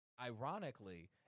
ironically